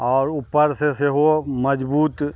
आओर ऊपर से सेहो मजबूत